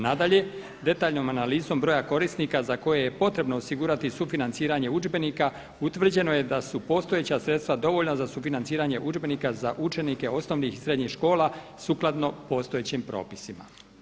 Nadalje, detaljnom analizom broja korisnika za koje je potrebno osigurati sufinanciranje udžbenika utvrđeno je da su postojeća sredstva dovoljna za sufinanciranje udžbenika za učenike osnovnih i srednjih škola sukladno postojećim propisima.